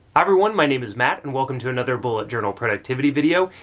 everyone my name is matt and welcome to another bullet journal productivity video.